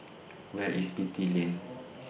Where IS Beatty Lane